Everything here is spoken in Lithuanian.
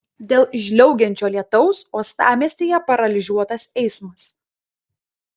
dėl žliaugiančio lietaus uostamiestyje paralyžiuotas eismas